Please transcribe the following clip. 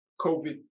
COVID